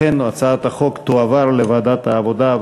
לכן הצעת החוק תועבר לוועדת העבודה,